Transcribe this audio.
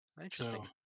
Interesting